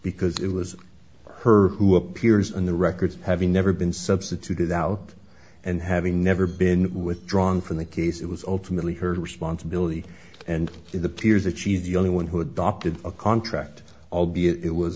because it was her who appears in the records having never been substituted out and having never been withdrawn from the case it was ultimately her responsibility and the peers achieved the only one who adopted a contract albeit it was